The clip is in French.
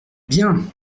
bien